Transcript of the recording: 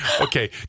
okay